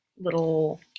little